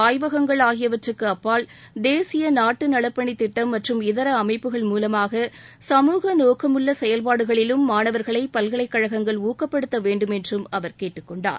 ஆய்வகங்கள் ஆகியவற்றுக்கு அப்பால் தேசிய நாட்டு நலப்பணித்திட்டம் மற்றும் இதர அமைப்புகள் மூலமாக சமூக நோக்கமுள்ள செயல்பாடுகளிலும் மாணவர்களை பல்கலைக்கழகங்கள் ஊக்கப்படுத்த வேண்டும் என்றும் அவர் கேட்டுக் கொண்டார்